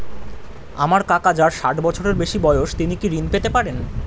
আমার কাকা যার ষাঠ বছরের বেশি বয়স তিনি কি ঋন পেতে পারেন?